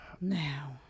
Now